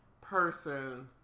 person